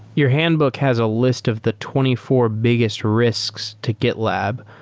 your handbook has a list of the twenty four biggest risks to gitlab.